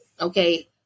Okay